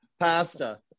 Pasta